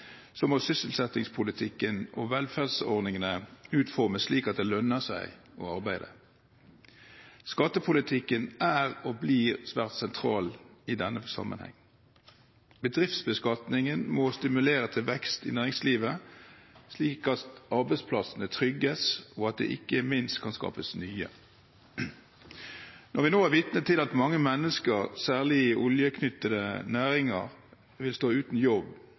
må sysselsettingspolitikken og velferdsordningene utformes slik at det lønner seg å arbeide. Skattepolitikken er og blir svært sentral i denne sammenheng. Bedriftsbeskatningen må stimulere til vekst i næringslivet, slik at arbeidsplassene trygges, og at det ikke minst kan skapes nye. Når vi nå er vitne til at mange mennesker særlig i oljetilknyttede næringer vil stå uten jobb,